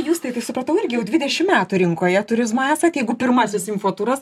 jūs tai tai supratau irgi jau dvidešimt metų rinkoje turizmo esat jeigu pirmasis info turas